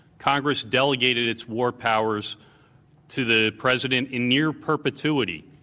congress delegated its war powers to the president in near perpetuity,